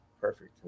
perfect